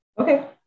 Okay